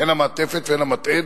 הן המעטפת והן המתעד,